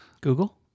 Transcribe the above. Google